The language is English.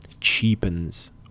cheapens